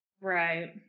Right